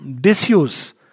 disuse